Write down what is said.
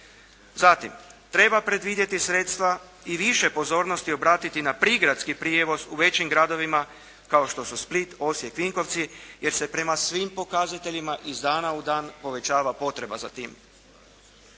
Zatim, treba predvidjeti sredstva i više pozornosti obratiti na prigradski prijevoz u većim gradovima kao što su Split, Osijek, Vinkovci jer se prema svim pokazateljima iz dana u dan povećava potreba za tim.